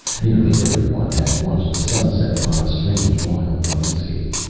nearly every one had watched the sun set upon a strange, wild landscape.